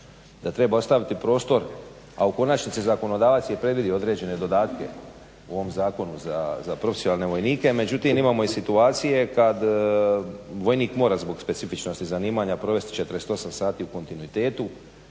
da treba ostaviti prostor, a u konačnici zakonodavac je predvidio određene dodatke u ovom zakonu za profesionalne vojnike. Međutim, imamo i situacije kad vojnik mora zbog specifičnosti zanimanja provesti 48 sati u kontinuitetu.